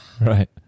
Right